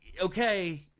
okay